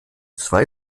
zwei